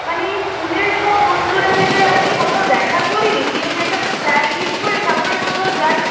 মানে এই স্কুলের সব বন্ধুরা মিলে আর কি কোথাও দেখা করি গিয়ে নিয়ে একটা প্ল্যান ঠিক করি তারপরে কোথাও যাই